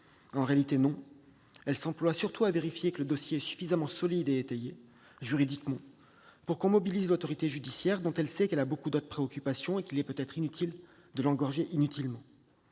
En réalité, non. Elle s'emploie surtout à vérifier que le dossier est suffisamment solide et étayé juridiquement pour que l'on mobilise l'autorité judiciaire, dont elle sait qu'elle a de nombreuses autres préoccupations et qu'il est peut-être inutile de l'engorger inutilement.